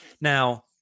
now –